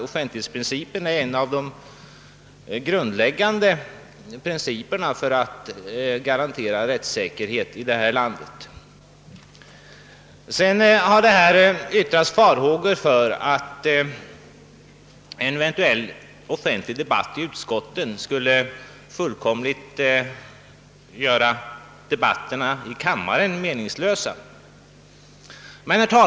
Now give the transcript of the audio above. Offentlighetsprincipen anser vi ju vara en av de grundläggande principerna för att garantera rättssäkerheten i detta land. Vidare har det här uttalats farhågor för att en offentlig debatt i utskotten skulle göra debatterna i kamrarna meningslösa.